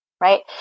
right